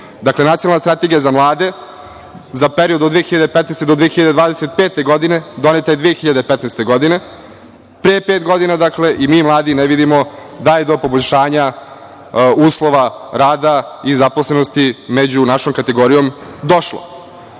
Dakle, Nacionalna strategija za mlade za period od 2015. do 2025. godine, doneta je 2015. godine. Dakle, pre pet godina i mi mladi ne vidimo da je do poboljšanja uslova rada i zaposlenosti među našom kategorijom